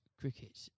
cricket